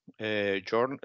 journal